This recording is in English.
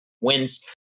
wins